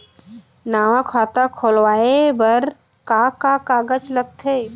नवा खाता खुलवाए बर का का कागज लगथे?